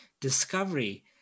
discovery